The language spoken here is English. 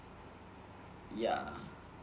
ya